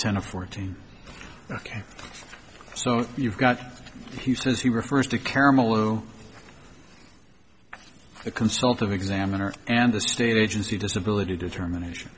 ten to fourteen so you've got he says he refers to caramel in the consult of examiner and the state agency disability determination